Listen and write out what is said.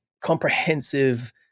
comprehensive